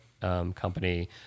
company